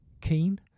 keen